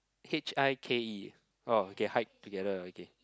H_I_K_E oh okay hike together okay